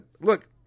Look